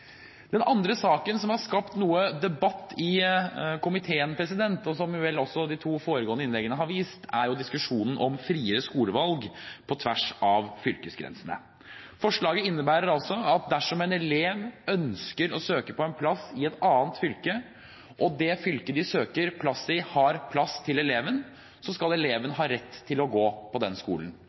Den andre saken som har skapt noe debatt i komiteen, som vel de to foregående innleggene har vist, er diskusjonen om friere skolevalg på tvers av fylkesgrensene. Forslaget innebærer at dersom en elev ønsker å søke på en plass i et annet fylke og det fylket eleven søker plass i, har plass til eleven, skal eleven ha rett til å gå på den skolen.